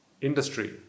industry